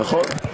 נכון.